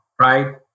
right